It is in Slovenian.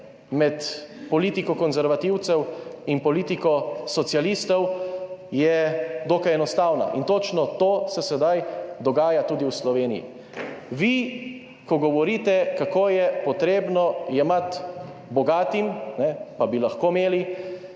med politiko konservativcev in politiko socialistov, je dokaj enostavna. In točno to se sedaj dogaja tudi v Sloveniji. Vi, ko govorite, kako je potrebno jemati bogatim, pa bi lahko imeli